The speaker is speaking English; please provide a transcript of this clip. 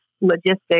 logistics